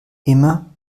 immer